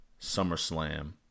SummerSlam